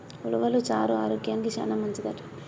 ఉలవలు చారు ఆరోగ్యానికి చానా మంచిదంట